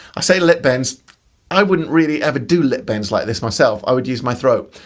i say lip bends i wouldn't really ever do lip bends like this myself i would use my throat,